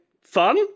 fun